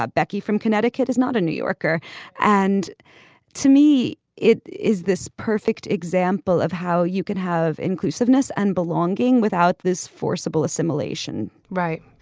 ah becky from connecticut is not a new yorker and to me it is this perfect example of how you can have inclusiveness and belonging without this forcible assimilation. right.